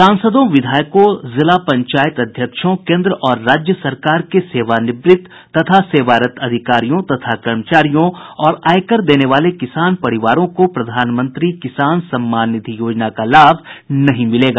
सांसदों विधायकों जिला पंचायत अध्यक्षों केन्द्र और राज्य सरकार के सेवारत तथा सेवानिवृत अधिकारियों तथा कर्मचारियों और आयकर देने वाले किसान परिवारों को प्रधानमंत्री किसान सम्मान निधि योजना का लाभ नहीं मिलेगा